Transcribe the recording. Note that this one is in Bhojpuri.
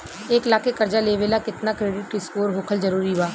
एक लाख के कर्जा लेवेला केतना क्रेडिट स्कोर होखल् जरूरी बा?